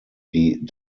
die